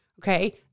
Okay